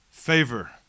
favor